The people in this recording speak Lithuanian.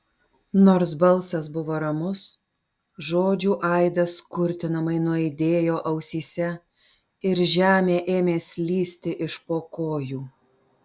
nors balsas buvo ramus žodžių aidas kurtinamai nuaidėjo ausyse ir žemė ėmė slysti iš po kojų